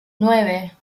nueve